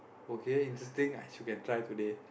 okay interesting I should can try today